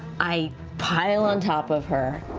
i pile on top of her,